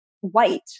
white